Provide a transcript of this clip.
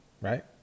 right